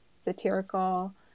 satirical